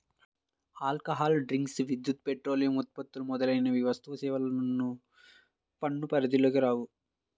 alcohol drinks, విద్యుత్, petroleum ఉత్పత్తులు మొదలైనవి వస్తుసేవల పన్ను పరిధిలోకి రావు